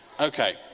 Okay